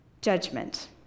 judgment